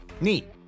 neat